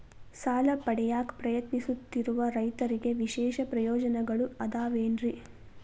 ಸಾಲ ಪಡೆಯಾಕ್ ಪ್ರಯತ್ನಿಸುತ್ತಿರುವ ರೈತರಿಗೆ ವಿಶೇಷ ಪ್ರಯೋಜನಗಳು ಅದಾವೇನ್ರಿ?